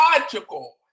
logical